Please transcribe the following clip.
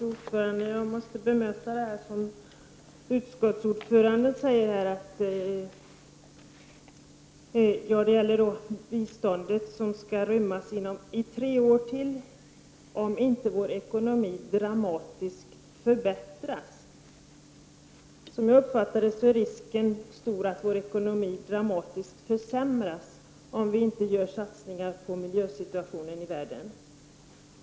Fru talman! Jag måste bemöta det som utskottets ordförande säger, att biståndet i tre år till skall rymmas inom samma ram, om inte vår ekonomi dramatiskt förbättras. Som jag uppfattar det är risken stor att vår ekonomi dramatiskt försämras om vi inte gör satsningar på miljön runt om i världen.